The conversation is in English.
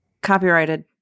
Copyrighted